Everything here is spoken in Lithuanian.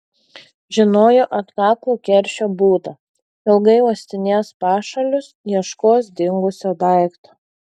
žinojo atkaklų keršio būdą ilgai uostinės pašalius ieškos dingusio daikto